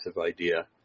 idea